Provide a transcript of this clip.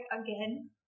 again